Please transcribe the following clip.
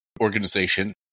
organization